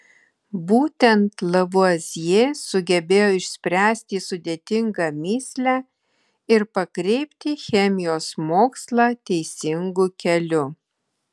būtent lavuazjė sugebėjo išspręsti sudėtingą mįslę ir pakreipti chemijos mokslą teisingu keliu